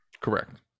Correct